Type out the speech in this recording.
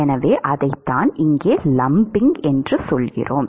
எனவே அதைத்தான் இங்கே லம்பிங் என்று சொல்கிறோம்